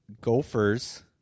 Gophers